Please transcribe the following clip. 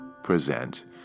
present